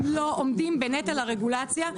הם לא עומדים בנטל הרגולציה.